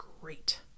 Great